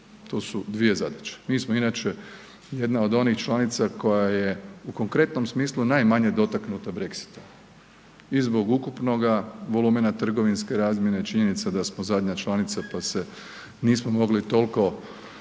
To su dvije zadaće. Mi smo inače jedna od onih članica koja je u konkretnom smislu najmanje dotaknuta Brexitom i zbog ukupnoga volumena trgovinske razmjene i činjenica da smo zadnja članica pa se nismo mogli toliko umrežiti